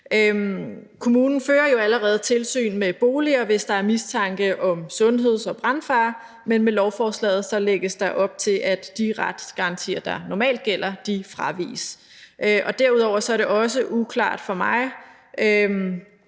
Kommunen fører jo allerede tilsyn med boliger, hvis der er mistanke om sundheds- og brandfare, men med lovforslaget lægges der op til, at de retsgarantier, der normalt gælder, fraviges. Derudover er det også uklart for mig,